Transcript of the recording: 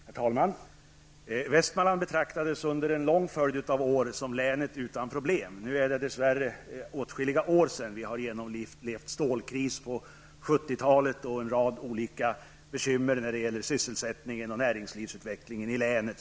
Herr talman! Västmanland betraktades under en lång följd av år som länet utan problem. Nu är det åtskilliga år sedan. Vi har genomlevt stålkris på 70 talet och en rad olika bekymmer som rört sysselsättningen och näringslivsutvecklingen i länet.